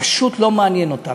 פשוט לא מעניין אותם.